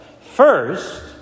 First